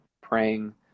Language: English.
praying